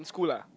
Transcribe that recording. in school ah